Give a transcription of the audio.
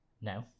No